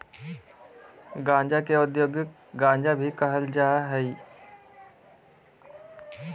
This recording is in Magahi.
गांजा के औद्योगिक गांजा भी कहल जा हइ